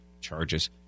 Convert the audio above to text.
charges